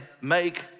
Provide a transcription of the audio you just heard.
make